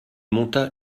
monta